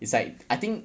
it's like I think